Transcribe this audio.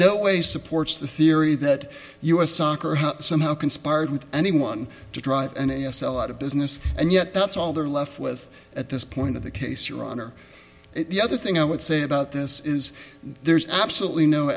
no way supports the theory that u s soccer somehow conspired with anyone to drive an e s l out of business and yet that's all they're left with at this point of the case your honor the other thing i would say about this is there's absolutely no